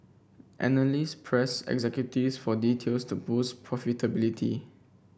analysts pressed executives for details to boost profitability